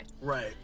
Right